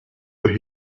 but